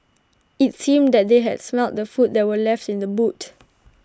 IT seemed that they had smelt the food that were left in the boot